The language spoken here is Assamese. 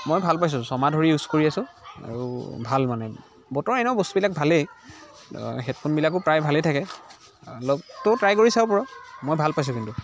মই ভাল পাইছোঁ ছমাহ ধৰি ইউজ কৰি আছোঁ আৰু ভাল মানে বোটৰ এনেও বস্তুবিলাক ভালেই হেডফোনবিলাকো প্ৰায় ভালেই থাকে অলপ তয়ো ট্ৰাই কৰি চাব পাৰ মই ভাল পাইছোঁ কিন্তু